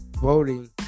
voting